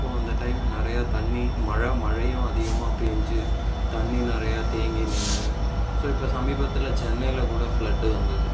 so அந்த time நிறைய தண்ணி மழை மழையும் அதிகமாக பேஞ்சு தண்ணி நிறையா தேங்கி நின்னு ஸோ இப்போ சமீபத்தில் சென்னையில் கூட ஃப்ளடு வந்தது